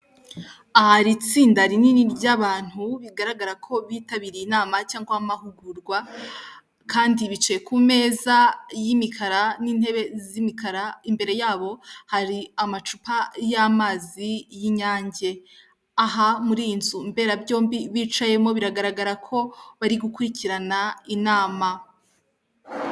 Aha hari itsinda rinini ry'abantu, bigaragara ko bitabiriye inama cyangwa amahugurwa kandi bicaye ku meza y'imikara n'intebe z'imikara, imbere yabo hari amacupa y'amazi y'inyange, aha muri iyi nzu mbera byombi bicayemo biragaragara ko bari gukurikirana inama.